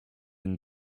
and